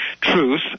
truth